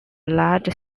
large